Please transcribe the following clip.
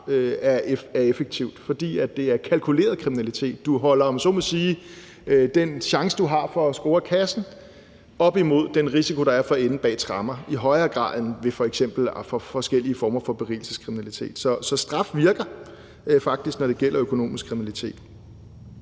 er effektivt, fordi det er kalkuleret kriminalitet. Du holder, om jeg så må sige, den chance, du har for at score kassen, op imod den risiko, der er for at ende bag tremmer – i højere grad end ved f.eks. forskellige former for berigelseskriminalitet. Så straf virker faktisk, når det gælder økonomisk kriminalitet.